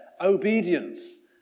obedience